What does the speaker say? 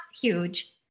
huge